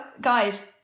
guys